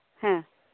ᱦᱮᱸ